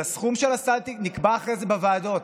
את הסכום של הסל נקבע אחרי זה בוועדות,